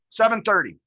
7.30